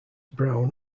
brown